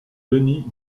denis